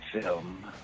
film